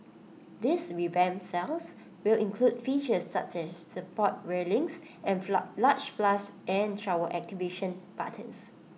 these revamped cells will include features such as support railings and large flush and shower activation buttons